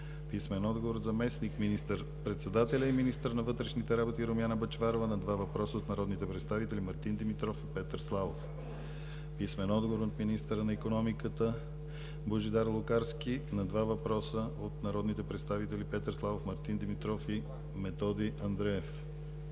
писмен отговор от заместник министър-председателя и министър на вътрешните работи Румяна Бъчварова на два въпроса от народните представители Мартин Димитров и Петър Славов; - писмен отговор от министъра на икономиката Божидар Лукарски на два въпроса от народните представители Петър Славов, Мартин Димитров и Методи Андреев;